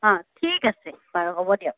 অ ঠিক আছে বাৰু হ'ব দিয়ক